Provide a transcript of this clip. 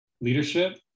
leadership